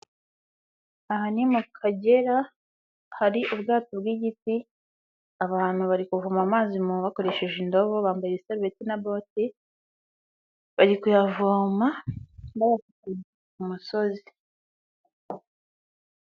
Aha ni mu kagera hari ubwato bw'igiti abantu bari kuvoma amazi mu bakoresheje indobo bambaye isabeti na boti bari kuyavoma mu ku musozi.